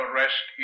rest